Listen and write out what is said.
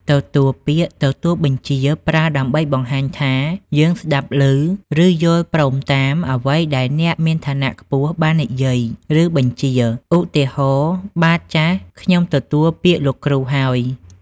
ទទួលពាក្យ ទទួលបញ្ជា ប្រើដើម្បីបង្ហាញថា យើងស្ដាប់ឮ ឬយល់ព្រមតាមអ្វីដែលអ្នកមានឋានៈខ្ពស់បាននិយាយ ឬបញ្ជា ឧទាហរណ៍ បាទ ចាស! ខ្ញុំទទួលពាក្យលោកគ្រូហើយ។